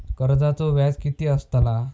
कर्जाचो व्याज कीती असताला?